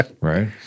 right